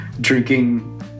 drinking